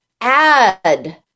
add